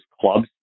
clubs